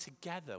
together